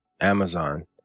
Amazon